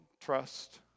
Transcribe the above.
trust